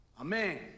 Amen